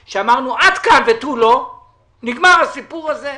שאמרנו: עד כאן ותו לא; נגמר הסיפור הזה.